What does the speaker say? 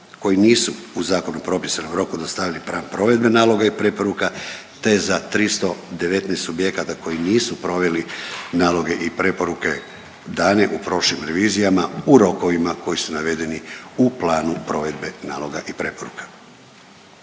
koji nisu u zakonom propisanom roku dostavili plan provedbe naloga i preporuka, te za 319 subjekata koji nisu proveli naloge i preporuke dane u prošlim revizijama u rokovima koji su navedeni u planu provedbe naloga i preporuka.